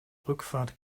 rückfahrt